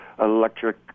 electric